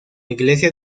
iglesia